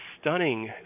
stunning